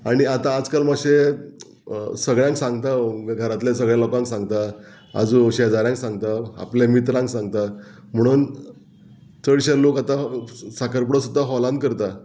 आनी आतां आजकाल मातशें सगळ्यांक सांगता घरांतल्या सगळ्या लोकांक सांगता आजू शेजाऱ्यांक सांगता आपल्या मित्रांक सांगता म्हणून चडशे लोक आतां साखरपुडो सुद्दां हॉलान करता